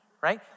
right